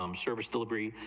um service delivery,